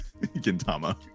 gintama